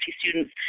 students